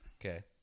Okay